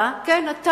אתה, כן אתה,